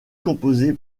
composé